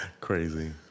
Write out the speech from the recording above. Crazy